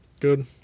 Good